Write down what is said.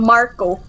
Marco